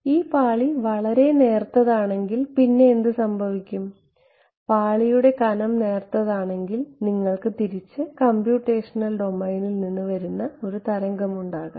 ഈ പാളി വളരെ നേർത്തതാണെങ്കിൽ പിന്നെ എന്ത് സംഭവിക്കും പാളിയുടെ കനം നേർത്തതാണെങ്കിൽ നിങ്ങൾക്ക് തിരിച്ച് കമ്പ്യൂട്ടേഷണൽ ഡൊമൈനിൽ വരുന്ന ഒരു തരംഗമുണ്ടാകാം